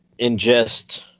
ingest